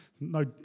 No